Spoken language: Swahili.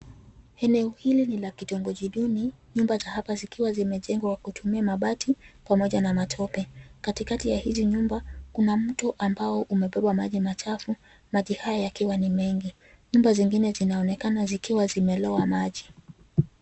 Eneo hili ni la kitongoji duni, nyumba za hapa zikiwa zimejengwa kwa kutumia mabati pamoja na matope. Katikati ya hizi nyumba kuna mto ambao umebeba maji machafu, maji haya yakiwa ni mengi. Nyumba zingine zinaonekana zikiwa zimelowa maji.